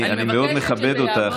אני מאוד מכבד אותך,